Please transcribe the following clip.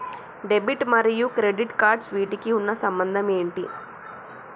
Debit మరియు credit cards వీటికి ఉన్న సంబంధం ఏంటి?